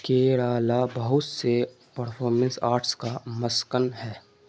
کیرالہ بہت سے performance arts کا مسکن ہے